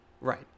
Right